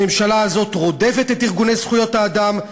הממשלה הזאת רודפת את ארגוני זכויות האדם,